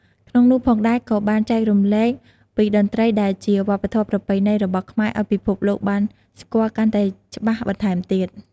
ក្នុងនោះផងដែរក៏បានចែករំលែកពីតន្រ្តីដែលជាវប្បធម៌ប្រពៃណីរបស់ខ្មែរឲ្យពិភពលោកបានស្គាល់កាន់តែច្បាស់បន្ថែមទៀត។